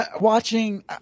Watching